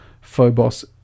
phobos